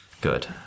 Good